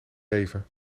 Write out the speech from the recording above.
even